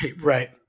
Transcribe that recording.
right